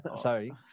Sorry